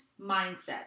mindset